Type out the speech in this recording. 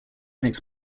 makes